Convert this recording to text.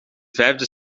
vijfde